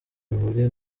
bihuriye